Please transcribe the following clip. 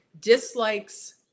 dislikes